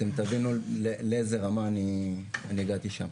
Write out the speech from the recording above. אתם תבינו לאיזו רמה אני הגעתי שם.